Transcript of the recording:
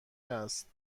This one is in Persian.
است